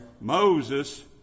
Moses